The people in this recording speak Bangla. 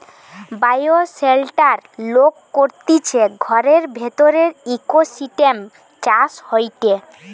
বায়োশেল্টার লোক করতিছে ঘরের ভিতরের ইকোসিস্টেম চাষ হয়টে